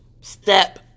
step